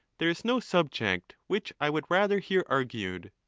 there is no subject which i would rather hear argued.